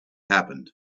happened